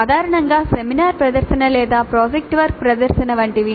సాధారణంగా సెమినార్ ప్రదర్శన లేదా ప్రాజెక్ట్ వర్క్ ప్రదర్శన వంటివి